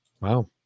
Wow